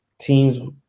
Teams